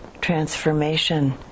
transformation